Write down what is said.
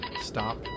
stop